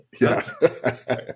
Yes